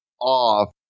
off